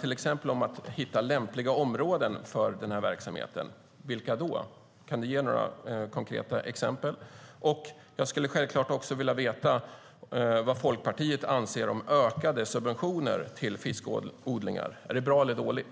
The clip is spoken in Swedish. till exempel handlar om att hitta lämpliga områden för den här verksamheten. Vilka då? Kan du ge några konkreta exempel? Jag skulle självklart också vilja veta vad Folkpartiet anser om ökade subventioner till fiskodlingar. Är det bra eller dåligt?